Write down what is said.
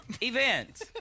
event